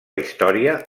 història